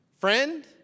friend